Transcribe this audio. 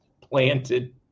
planted